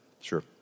sure